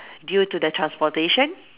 due to the transportation